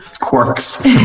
quirks